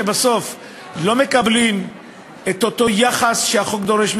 שבסוף לא מקבלים את היחס שהחוק דורש,